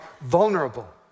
vulnerable